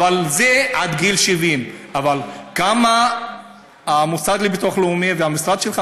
אבל זה עד גיל 70. אבל כמה המוסד לביטוח לאומי והמשרד שלך,